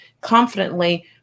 confidently